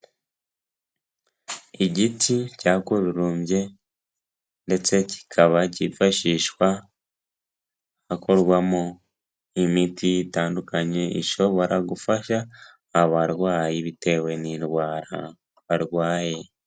Igiti cyakururumbye ndetse kikaba cyifashishwa hakorwamo imiti itandukanye ishobora gufasha abarwayi bitewe n'indwara barwaye.